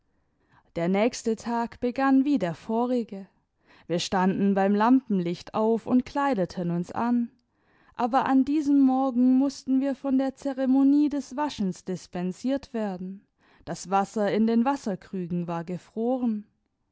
der nächste tag begann wie der vorige wir standen beim lampenlicht auf und kleideten uns an aber an diesem morgen mußten wir von der zeremonie des waschens dispensiert werden das wasser in den wasserkrügen war gefroren